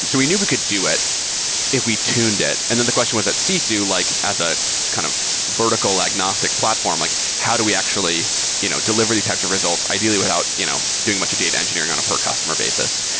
so we knew we could do it if we tuned it. and then the question was that sisu, like as a kind of vertical-agnostic platform, like how do we actually you know deliver these types of results ideally without you know doing a bunch of data engineering on a per customer basis?